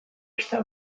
ozta